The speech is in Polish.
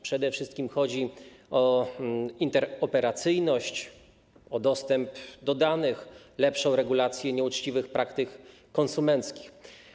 Przede wszystkim chodzi tu o interoperacyjność, o dostęp do danych, lepszą regulację nieuczciwych praktyk konsumenckich.